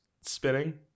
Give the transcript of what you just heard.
spinning